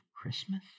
Christmas